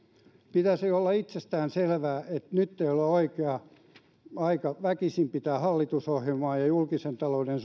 pitäisi olla itsestään selvää että nyt ei ole oikea aika väkisin pitää hallitusohjelmaan ja julkisen talouden